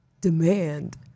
demand